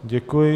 Děkuji.